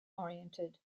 oriented